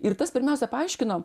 ir tas pirmiausia paaiškino